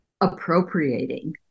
appropriating